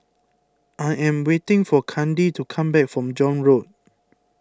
I am waiting for Kandi to come back from John Road